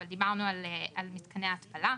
אבל דיברנו על מתקני ההתפלה.